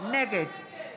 נגד